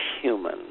human